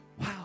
Wow